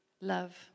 love